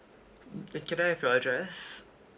um can I have your address